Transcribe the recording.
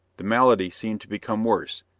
the malady seemed to become worse,